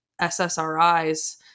SSRIs